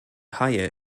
haie